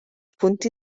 punti